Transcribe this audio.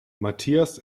matthias